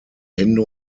hände